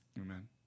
Amen